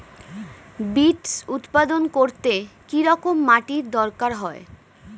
Beets উৎপাদন করতে কেরম মাটির দরকার হয়?